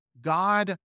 God